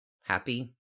happy